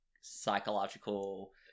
psychological